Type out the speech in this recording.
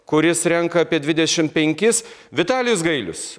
kuris renka apie dvidešimt penkis vitalijus gailius